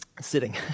sitting